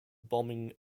bombing